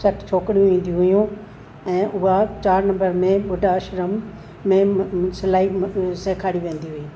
सठि छोकिरियूं ईंदियूं हुइयूं ऐं उहा चारि नंबर में बुढा आश्रम में सिलाई सेखारी वेंदी हुई